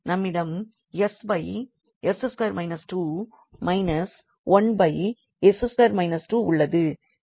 நம்மிடம் உள்ளது